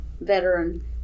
veteran